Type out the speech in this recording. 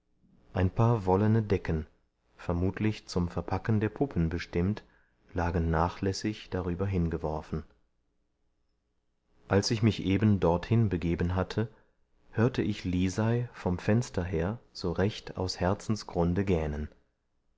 ein paar wollene decken vermutlich zum verpacken der puppen bestimmt lagen nachlässig darüber hingeworfen als ich mich eben dorthin begeben hatte hörte ich lisei vom fenster her so recht aus herzensgrunde gähnen